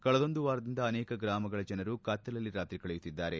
ಕಳೆದೊಂದು ವಾರದಿಂದ ಅನೇಕ ಗ್ರಾಮಗಳ ಜನರು ಕತ್ತಲಲ್ಲಿ ರಾತ್ರಿ ಕಳೆಯುತ್ತಿದ್ದಾರೆ